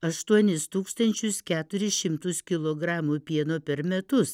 aštuonis tūkstančius keturis šimtus kilogramų pieno per metus